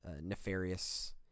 nefarious